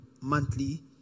monthly